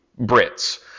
Brits